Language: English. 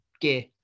gear